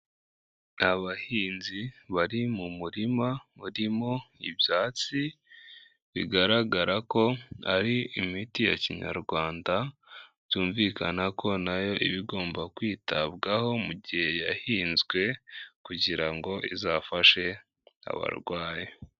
Ni abahinzi bari mu murima urimo ibyatsi, bigaragara ko ari imiti ya Kinyarwanda, byumvikana ko nayo iba igomba kwitabwaho mu gihe yahinzwe kugira ngo izafashe abarwayi.